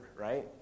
right